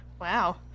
Wow